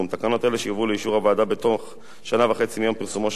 שיובאו לאישור הוועדה בתוך שנה וחצי מיום פרסומו של החוק המוצע,